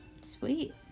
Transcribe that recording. Sweet